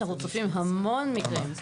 אנחנו צופים המון מקרים.